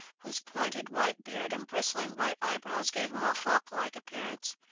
whose pointed, white beard and bristling white eyebrows gave him a hawk-like appearance.